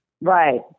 Right